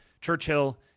Churchill